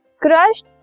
crushed